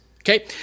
Okay